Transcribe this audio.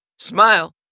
Smile